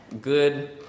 good